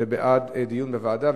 זה בעד דיון בוועדה,